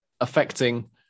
affecting